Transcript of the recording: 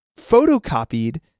photocopied